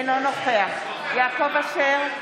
אינו נוכח יעקב אשר,